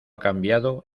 cambiado